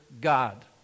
God